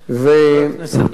חבר הכנסת דב חנין,